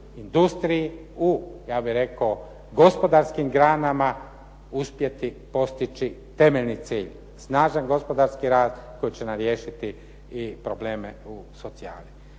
industriji, u ja bih rekao gospodarskim granama uspjeti postići temeljni cilj, snažan gospodarski rast koji će nam riješiti i probleme u socijali.